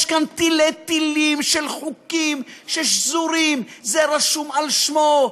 יש כאן תלי-תלים של חוקים ששזורים: זה רשום על שמו,